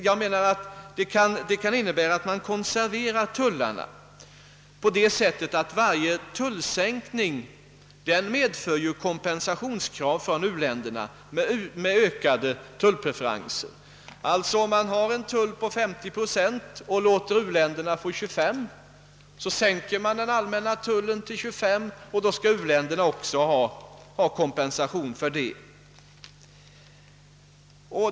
Det innebär att man konserverar tullarna, eftersom varje tullsänkning medför kompensationskrav från u-länderna i form av ökade tullpreferenser. Om man har en allmän tull på 50 procent och en 25-procentig tull för u-länderna och sedan sänker den allmänna tullen till 25 procent, så vill u-länderna ha kompensation härför.